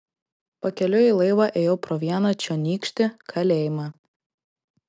pakeliui į laivą ėjau pro vieną čionykštį kalėjimą